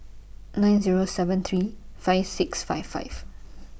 nine Zero seven three five five six six